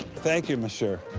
thank you, monsieur.